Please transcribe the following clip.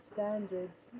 standards